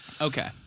Okay